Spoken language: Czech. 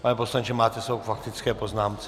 Pane poslanče, máte slovo k faktické poznámce.